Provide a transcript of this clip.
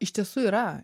iš tiesų yra